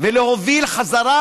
ולהוביל חזרה,